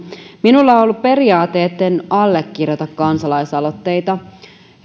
minulla on on ollut periaate että en allekirjoita kansalaisaloitteita